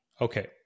Okay